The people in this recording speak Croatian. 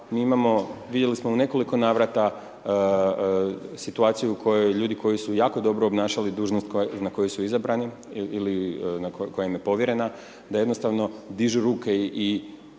vidjeli smo u nekoliko navrata situaciju u kojoj ljudi koji su jako dobro obnašali dužnost na koju su izabrani ili koja im je povjerena, da jednostavno dižu ruke i